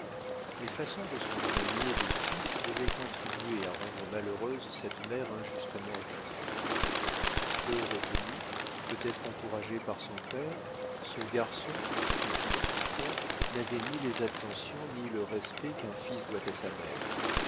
les façons de son grand niais de fils devaient contribuer à rendre malheureuse cette mère injustement accusée peu retenu peut-être encouragé par son père ce garçon stupide en tout point n'avait ni les attentions ni le respect qu'un fils doit à sa mère